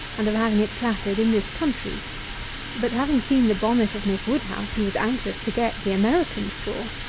and of having it platted in this country but having seen the bonnet of miss woodhouse, he was anxious to get the american straw.